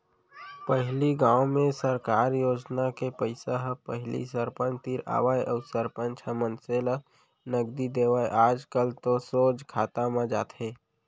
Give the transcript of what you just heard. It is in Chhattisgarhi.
पहिली गाँव में सरकार योजना के पइसा ह पहिली सरपंच तीर आवय अउ सरपंच ह मनसे ल नगदी देवय आजकल तो सोझ खाता म जाथे